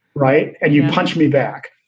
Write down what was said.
right. and you punch me back,